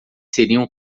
seriam